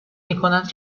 میکنند